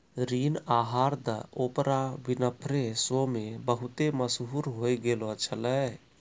ऋण आहार the Oprah Winfrey show मे बहुते मशहूर होय गैलो छलै